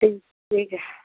ठीक ठीक है